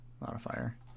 modifier